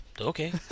okay